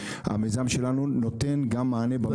--- המיזם שלנו נותן גם מענה במקרה הזה --- כן,